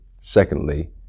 Secondly